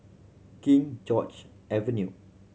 King George Avenue